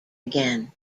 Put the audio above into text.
again